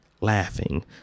Laughing